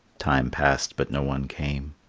time passed but no one came.